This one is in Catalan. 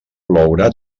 plourà